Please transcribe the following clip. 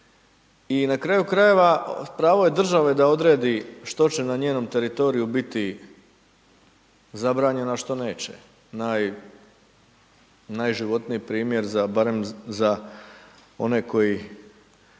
I na kraju krajeva pravo je države da odredi što će na njenom teritoriju biti zabranjeno, a što neće, najživotniji primjer za, barem